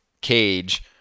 cage